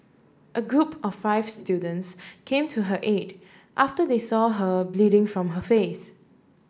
a group of five students came to her aid after they saw her bleeding from her face